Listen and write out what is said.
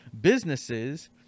businesses